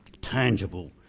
Tangible